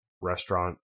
restaurant